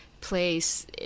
place